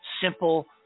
simple